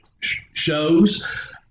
shows